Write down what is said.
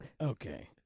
Okay